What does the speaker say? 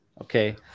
okay